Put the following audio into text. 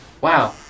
wow